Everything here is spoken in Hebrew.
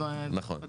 נכון.